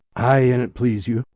ay, an't please you.